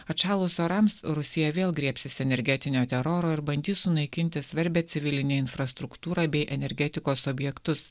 atšalus orams rusija vėl griebsis energetinio teroro ir bandys sunaikinti svarbią civilinę infrastruktūrą bei energetikos objektus